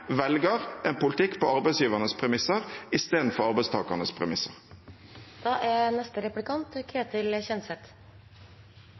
velger en politikk på arbeidsgivernes premisser istedenfor arbeidstakernes